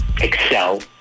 excel